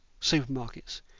supermarkets